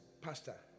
pastor